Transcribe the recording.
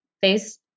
face